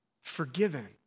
Forgiven